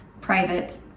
private